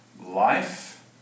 life